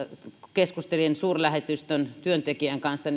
keskustelin suurlähetystön työntekijän kanssa